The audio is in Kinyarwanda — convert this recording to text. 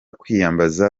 kwiyambaza